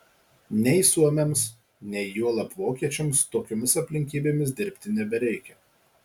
nei suomiams nei juolab vokiečiams tokiomis aplinkybėmis dirbti nebereikia